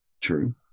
True